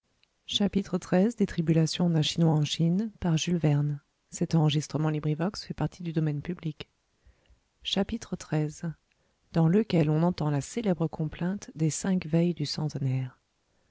xiii dans lequel on entend la célèbre complainte des cinq veilles du centenaire